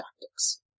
tactics